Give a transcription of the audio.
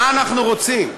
מה אנחנו רוצים?